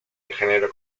ingeniero